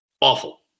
Awful